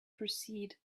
proceed